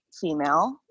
female